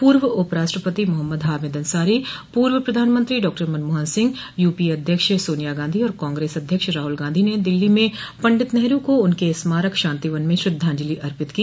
पूर्व उप राष्ट्रपति मोहम्मद हामिद अंसारी पूर्व प्रधानमंत्री डॉ मनमोहन सिंह यूपीए अध्यक्ष सोनिया गांधी और कांग्रेस अध्यक्ष राहुल गांधी ने दिल्ली में पंडित नेहरू को उनके स्मारक शांतिवन में श्रद्धांजलि अर्पित को